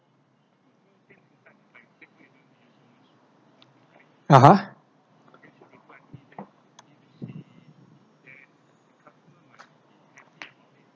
(uh huh)